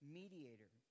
mediator